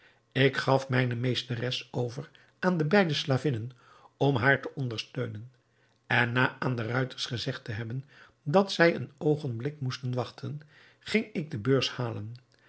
ik gaf mijne meesteres over aan de beide slavinnen om haar te ondersteunen en na aan de ruiters gezegd te hebben dat zij een oogenblik moesten wachten ging ik de beurs halen